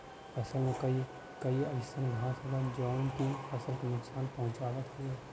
फसल में कई अइसन घास होला जौन की फसल के नुकसान पहुँचावत हउवे